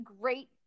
great